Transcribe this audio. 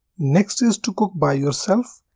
next is to cook by yourself.